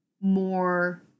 more